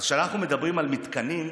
אז כשאנחנו מדברים על מתקנים,